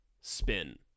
spin